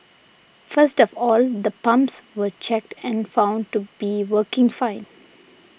first of all the pumps were checked and found to be working fine